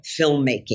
filmmaking